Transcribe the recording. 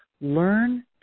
Learn